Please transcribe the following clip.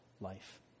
life